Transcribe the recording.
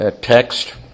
text